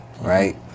right